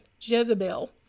Jezebel